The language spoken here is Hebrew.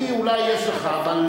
אז אותי אולי יש לך.